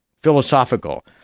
philosophical